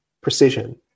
precision